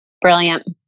Brilliant